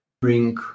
bring